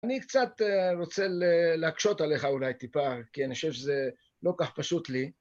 אני קצת רוצה להקשות עליך אולי טיפה, כי אני חושב שזה לא כך פשוט לי.